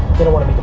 they don't wanna